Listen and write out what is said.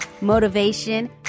motivation